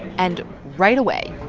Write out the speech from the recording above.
and right away.